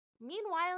Meanwhile